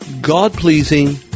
God-pleasing